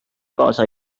kaasa